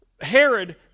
Herod